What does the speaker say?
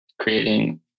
creating